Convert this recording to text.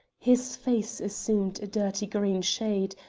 his face assumed a dirty green shade,